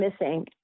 missing